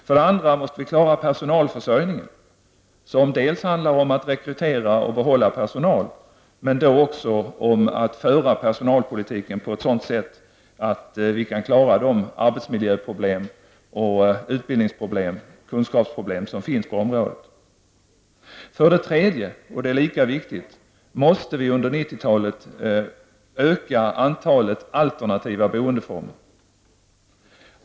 För det andra måste vi klara personalförsörjningen. Det handlar dels om att rekrytera och behålla personal, dels om att driva personalpolitiken på ett sådant sätt att vi kan klara de arbetsmiljöproblem och de utbildnings och kunskapsproblem som finns på området. För det tredje måste vi -- och det är lika viktigt -- under 90-talet öka antalet alternativa boendeformer.